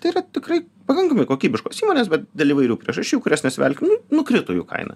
tai yra tikrai pakankamai kokybiškos įmonės bet dėl įvairių priežasčių į kurias nesivelkim nukrito jų kaina